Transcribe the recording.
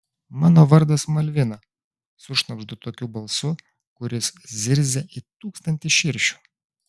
mano vardas malvina sušnabždu tokiu balsu kuris zirzia it tūkstantis širšių